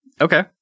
Okay